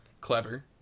Clever